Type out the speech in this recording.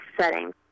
setting